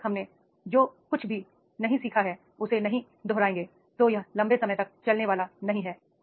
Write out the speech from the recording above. जब तक हमने जो कुछ भी नहीं सीखा है उसे नहीं दोहराएंगे तो यह लंबे समय तक चलने वाला नहीं होगा